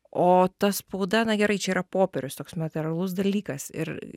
o ta spauda na gerai čia yra popierius toks materialus dalykas ir